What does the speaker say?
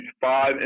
five